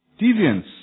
Deviance